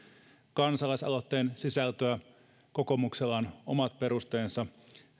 kansalaisaloitteen sisältöä kokoomuksella on omat perusteensa